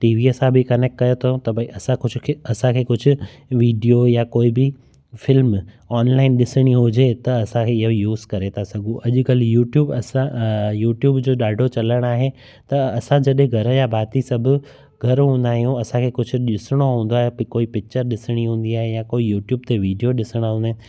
टीवीअ सां बि कनैक्ट करे थो त भाई असां कुझु खे असांखे कुझु वीडियो या कोई बि फिल्म ऑनलाइन ॾिसणी हुजे त असां इहो ई यूस करे था सघूं अॼुकल्ह यूट्यूब असां यूट्यूब जो ॾाढो चलण आहे त असां जॾहिं घर जा भाती सभु घरु हूंदा आहियूं असांखे कुझु ॾिसणो हूंदो आहे त कोई पिचर ॾिसणी हूंदी आहे या कोई यूट्यूब ते वीडियो ॾिसणा हूंदा आहिनि